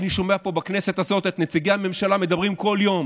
אני שומע פה בכנסת הזאת את נציגי הממשלה מדברים כל יום